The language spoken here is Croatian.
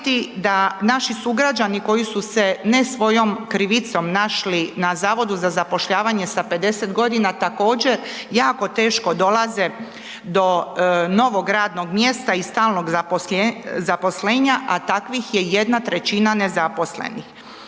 da naši sugrađani koji su se ne svojom krivici našli na Zavodu za zapošljavanje sa 50 g. također jako teško dolaze do novog radnog mjesta i stalnog zaposlenja, a takvih je 1/3 nezaposlenih.